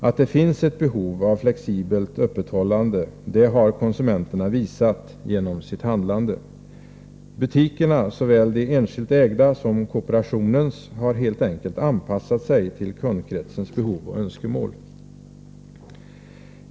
Att det finns ett behov av flexibelt öppethållande har konsumenterna visat genom sitt handlande. Butikerna, såväl de enskilt ägda som kooperationens, har helt enkelt anpassat sig till kundkretsens behov och önskemål.